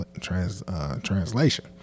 translation